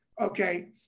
okay